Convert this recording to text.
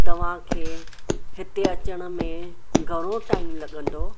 तवांखे हिते अचण में घणो टाइम लॻंदो